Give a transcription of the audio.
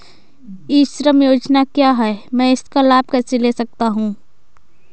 ई श्रम योजना क्या है मैं इसका लाभ कैसे ले सकता हूँ?